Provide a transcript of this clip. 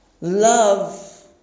love